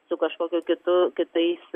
su kažkokiu kitu kitais